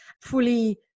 fully